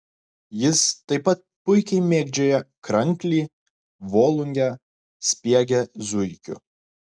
jis taip pat puikiai mėgdžioja kranklį volungę spiegia zuikiu